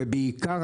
ובעיקר,